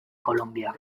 colombia